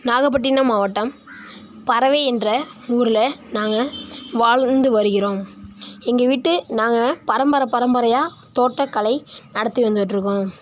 நாகப்பட்டினம் மாவட்டம் பரவை என்ற ஊரில் நாங்கள் வாழ்ந்து வருகிறோம் எங்கள் வீட்டு நாங்கள் பரம்பரை பரம்பரையாக தோட்டக்கலை நடத்தி வந்துட்டுருக்கோம்